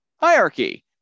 hierarchy